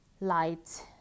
light